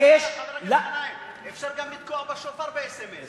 הכנסת גנאים, אפשר גם לתקוע בשופר באס.אם.אס.